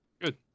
Good